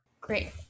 great